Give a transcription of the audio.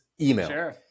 email